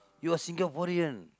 you are Singaporean